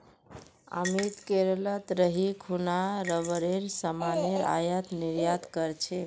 अमित केरलत रही खूना रबरेर सामानेर आयात निर्यात कर छेक